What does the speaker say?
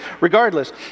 Regardless